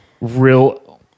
real